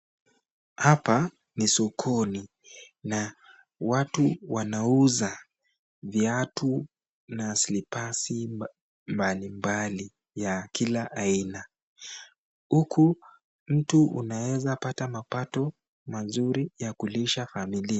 Hapa ni sokoni na watu wanauza viatu na slipasi mbalimbali ya kila aina. Huku mtu unaeza pata mapato mazuri ya kulisha familia.